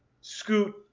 scoot